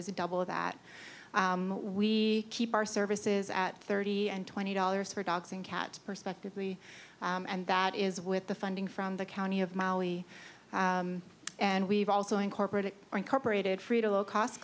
is a double that we keep our services at thirty and twenty dollars for dogs and cats perspectively and that is with the funding from the county of maui and we've also incorporated are incorporated free to low cost